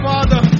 Father